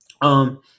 Um-